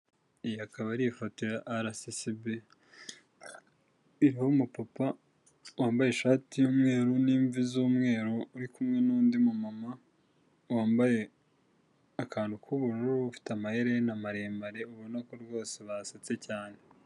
Iyi akaba ari ifoto ya RSSB iriho umupapa wambaye ishati y'umweru n'imvi z'umweru uri kumwe n'undi mumama wambaye akantu k'ubururu, ufite amaherena maremare, ubona ko rwose basetse cyane.